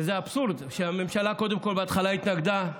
וזה אבסורד שהממשלה קודם כול, בהתחלה, התנגדה.